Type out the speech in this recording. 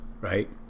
right